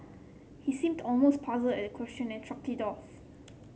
he seemed almost puzzled at the question and shrugged it off